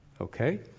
Okay